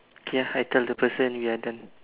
okay ah I tell the person we are done